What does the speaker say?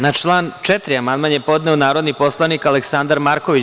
Na član 4. amandman je podneo narodni poslanik Aleksandar Marković.